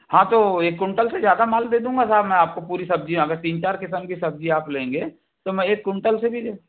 हाँ तो एक कुंटल से ज़्यादा माल मैं दे दूंगा साहब मैं आपको पूरी सब्जियाँ अगर तीन चार किस्म की सब्जी आप लेंगे तो मैं एक कुंटल से भी